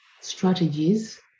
strategies